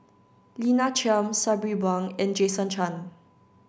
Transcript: Lina Chiam Sabri Buang and Jason Chan